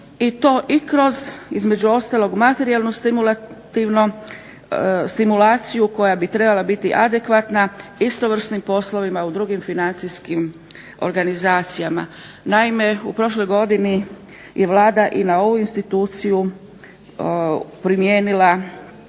i to i kroz između ostalog materijalno stimulativno, stimulaciju koja bi trebala biti adekvatna istovrsnim poslovima u drugim financijskim organizacijama. Naime u prošloj godini i Vlada i na ovu instituciju primijenila